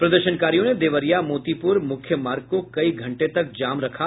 प्रदर्शनकारियों ने देवरिया मोतीपुर मुख्य मार्ग को कई घंटे तक जाम रखा